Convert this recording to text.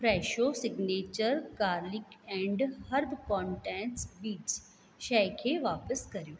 Fresho signature garlic and herb contents bits शइ खे वापिसि करियो